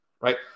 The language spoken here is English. right